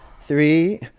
three